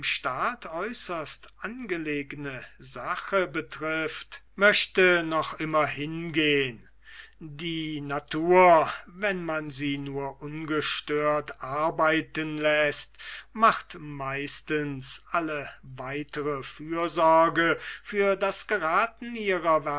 äußerst angelegene sache betrifft möchte noch immer hingehen die natur wenn man sie nur ungestört arbeiten läßt macht meistens alle weitere fürsorge für das geraten ihrer